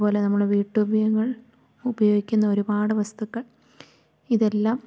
അതുപോലെ നമ്മുടെ വീട്ടുപയോഗങ്ങൾ ഉപയോഗിക്കുന്ന ഒരുപാട് വസ്തുക്കൾ ഇതെല്ലാം